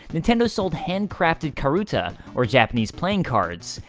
nintendo sold hand crafted karuta, or japanese playing cards.